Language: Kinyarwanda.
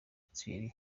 thierry